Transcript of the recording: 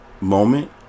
moment